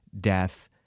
death